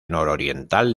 nororiental